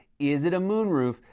is it a moon roof?